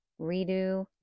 redo